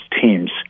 teams